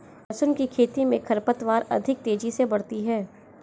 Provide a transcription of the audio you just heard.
लहसुन की खेती मे खरपतवार अधिक तेजी से बढ़ती है